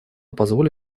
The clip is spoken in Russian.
позволю